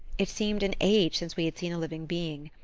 it seemed an age since we had seen a living being!